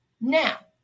Now